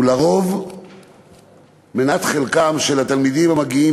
הוא לרוב מנת חלקם של התלמידים המגיעים